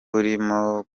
urimo